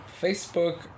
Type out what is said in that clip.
Facebook